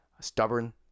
stubborn